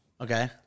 Okay